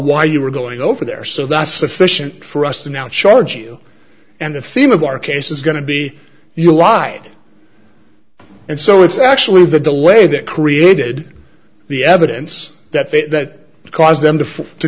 why you were going over there so that's sufficient for us to now charge you and the theme of our case is going to be you lied and so it's actually the delay that created the evidence that that caused them to